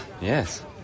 Yes